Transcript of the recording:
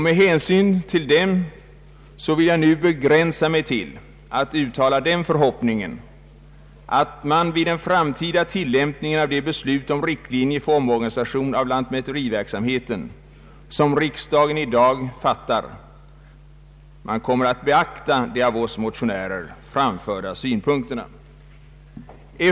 Med hänsyn härtill skall jag begränsa mig till att uttala den förhoppningen, att man vid den framtida tilllämpningen av det beslut om riktlinjer för omorganisation av lantmäteriverksamheten, som riksdagen i dag fattar, kommer att beakta de av oss motionärer framförda synpunkterna.